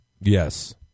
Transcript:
Yes